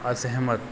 असहमत